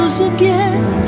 again